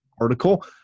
article